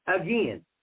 again